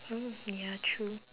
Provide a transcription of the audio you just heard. oh ya true